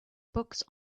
books